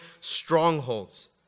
strongholds